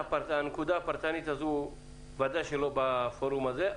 הנקודה הפרטנית הזו ודאי לא בפורום הזה,